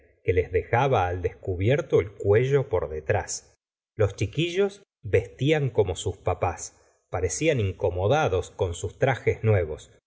que les dejaba al descubierto el cuello por detrás los chiquillos vestían como sus papás parecían incomodados con sus trajes nuevos